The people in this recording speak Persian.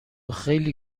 خیلی